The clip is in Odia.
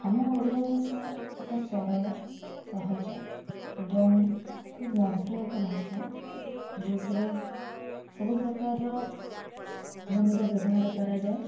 ଆମ ଓଡ଼ିଆ ଭାଷା ଏକ ସରଳ ସହଜ ଏବଂ ଖୁବ୍ ମଧୁର ଏକ ଭାଷା ଯେଉଁଥିରେ ସବୁପ୍ରକାରର ଧ୍ୱନିର ବ୍ୟବହାର କରାଯାଏ